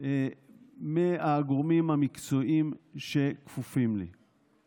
מהגורמים המקצועיים שכפופים לי לבדוק.